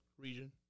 Region